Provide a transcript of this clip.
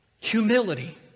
Humility